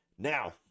Now